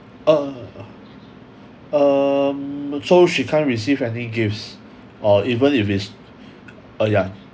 uh um so she can't receive any gift or even if is uh yeah